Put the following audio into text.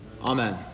Amen